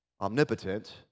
omnipotent